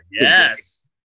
yes